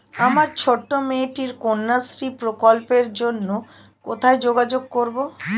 আমার ছোট্ট মেয়েটির কন্যাশ্রী প্রকল্পের জন্য কোথায় যোগাযোগ করব?